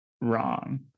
wrong